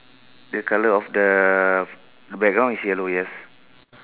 the colour of the background is yellow yes